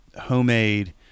homemade